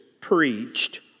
preached